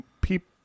people